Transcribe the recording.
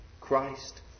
Christ